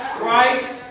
Christ